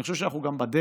אני חושב שאנחנו גם בדרך